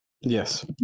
Yes